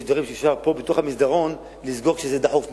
יש דברים שאפשר לסגור פה במסדרון, כשזה דחוף מאוד.